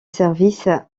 service